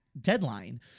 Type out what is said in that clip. deadline